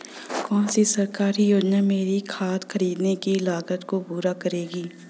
कौन सी सरकारी योजना मेरी खाद खरीदने की लागत को पूरा करेगी?